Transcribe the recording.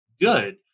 good